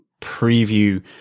preview